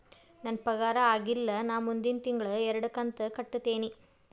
ನನ್ನ ಪಗಾರ ಆಗಿಲ್ಲ ನಾ ಮುಂದಿನ ತಿಂಗಳ ಎರಡು ಕಂತ್ ಕಟ್ಟತೇನಿ